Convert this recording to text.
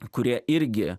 kurie irgi